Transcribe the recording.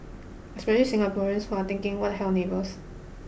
especially Singaporeans who are thinking what the hell neighbours